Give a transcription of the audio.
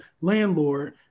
landlord